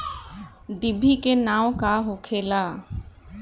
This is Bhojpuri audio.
डिभी के नाव का होखेला?